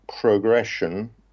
progression